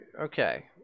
Okay